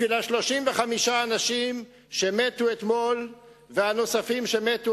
בשביל 35 האנשים שמתו אתמול והנוספים שמתו